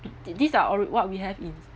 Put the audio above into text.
th~ these are or what we have in